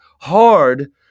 hard